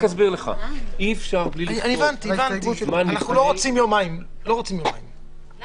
אי אפשר בלי --- אנחנו לא רוצים יומיים, כי